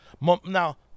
Now